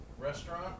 restaurant